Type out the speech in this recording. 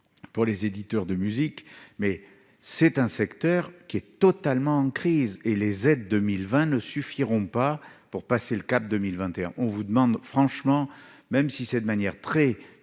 pour les éditeurs de musique, mais c'est un secteur qui est totalement en crise et les aides 2020 ne suffiront pas pour passer le cap 2021, on vous demande franchement, même si c'est de manière très